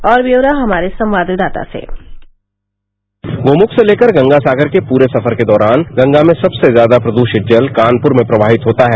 और ब्यौरा हमारे संवाददाता से गौमुख से गंगासागर के पूरे सफर के दौरान गंगा में सबसे ज्यादा प्रदूषित जल कानपुर में प्रवाहित होता है